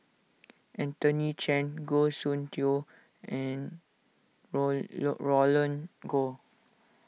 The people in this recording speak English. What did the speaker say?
Anthony Chen Goh Soon Tioe and Roland Goh